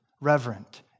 reverent